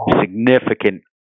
significant